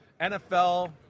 NFL